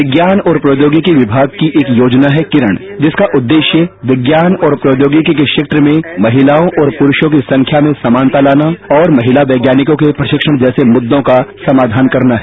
विज्ञान और प्रौद्योगिकी विभाग की एक योजना है किरण जिसका उद्देश्य विज्ञान और प्रौद्योगिकी के क्षेत्र में महिलाओं और पुरूषों की संख्या में समानता लाना और महिला वैज्ञानिकों के प्रशिक्षण जैसे मुद्दों का समाधान करना है